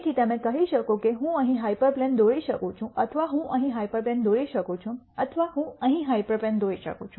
તેથી તમે કહી શકો કે હું અહીં હાયપરપ્લેન દોરી શકું છું અથવા હું અહીં હાયપરપ્લેન દોરી શકું છું અથવા હું અહીં હાઇપરપ્લેન દોરી શકું છું